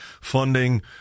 funding